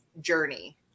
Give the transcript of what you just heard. journey